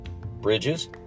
bridges